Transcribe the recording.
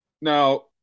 now